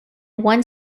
one